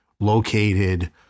located